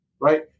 right